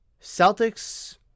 Celtics